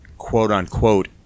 quote-unquote